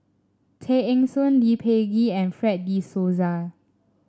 Tay Eng Soon Lee Peh Gee and Fred De Souza